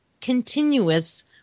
continuous